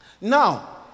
Now